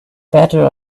better